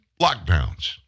lockdowns